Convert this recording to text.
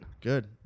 Good